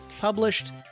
published